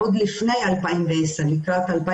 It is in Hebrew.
באשדוד יש מרכז כזה שהוא אופטימלי עבורנו שנקרא מרכז מאור,